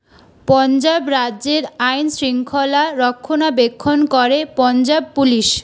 পঞ্জাব রাজ্যের আইনশৃঙ্খলা রক্ষণাবেক্ষণ করে পঞ্জাব পুলিশ